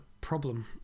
problem